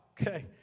Okay